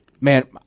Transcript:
Man